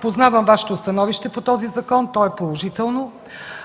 познавам Вашето становище по този закон – то е положително.